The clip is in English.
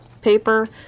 paper